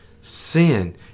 sin